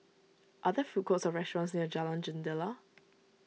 are there food courts or restaurants near Jalan Jendela